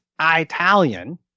Italian